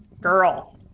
Girl